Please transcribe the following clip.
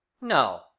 no